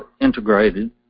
integrated